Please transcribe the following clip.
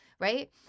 Right